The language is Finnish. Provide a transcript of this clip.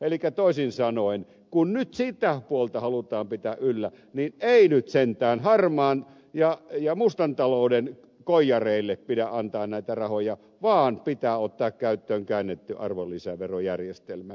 elikkä toisin sanoen kun nyt sitä puolta halutaan pitää yllä niin ei sentään harmaan ja mustan talouden koijareille pidä antaa näitä rahoja vaan pitää ottaa käyttöön käännetty arvonlisäverojärjestelmä